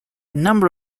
number